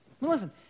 Listen